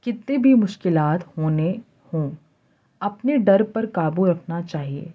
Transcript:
کتنی بھی مشکلات ہونے ہوں اپنے ڈر پر قابو رکھنا چاہیے